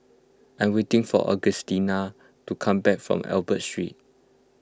I'm waiting for Augustina to come back from Albert Street